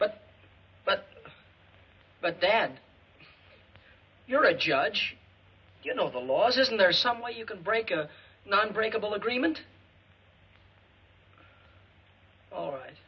but but but then you're a judge you know the laws isn't there some way you can break a non breakable agreement